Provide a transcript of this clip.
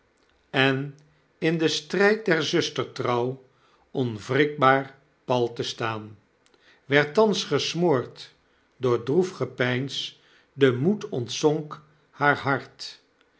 en in den stryd der zustertrouw onwrikbaar pal te staan werd thans gesmoord door droef gepeins de moed ontzonk haar hart